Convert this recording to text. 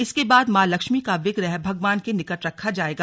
इसके बाद मां लक्ष्मी का विग्रह भगवान के निकट रखा जाएगा